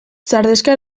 sardexka